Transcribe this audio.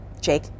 Jake